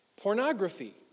Pornography